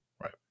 right